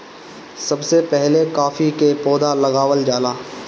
सबसे पहिले काफी के पौधा लगावल जाला